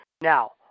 Now